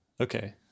Okay